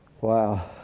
wow